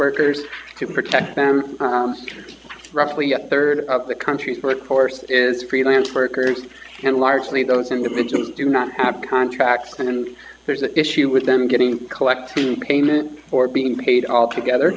workers to protect them roughly a third of the country's but force is freelance workers and largely those individuals do not have contracts and there's an issue with them getting collecting payment or being paid altogether